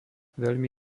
veľmi